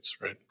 right